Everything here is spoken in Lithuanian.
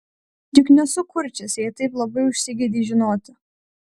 juk nesu kurčias jei taip labai užsigeidei žinoti